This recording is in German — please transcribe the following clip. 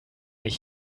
ich